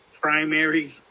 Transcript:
primary